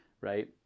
right